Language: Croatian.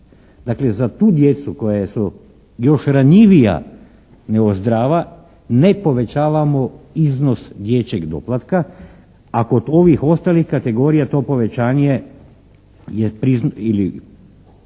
Dakle, za tu djecu koja su još ranjivija nego zdrava ne povećavamo iznos dječjeg doplatka a kod ovih ostalih kategorija to povećanje ili